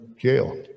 jail